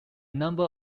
number